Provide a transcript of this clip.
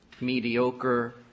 mediocre